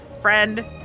Friend